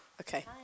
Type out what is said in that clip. Okay